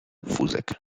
wózek